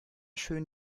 schön